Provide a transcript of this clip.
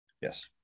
Yes